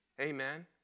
Amen